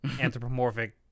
anthropomorphic